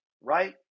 right